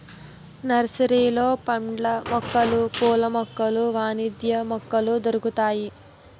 నర్సరీలలో పండ్ల మొక్కలు పూల మొక్కలు వాణిజ్య మొక్కలు దొరుకుతాయి